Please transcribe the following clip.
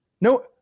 No